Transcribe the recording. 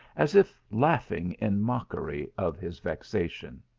as if laughing in mockery of his vexation.